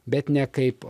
bet ne kaip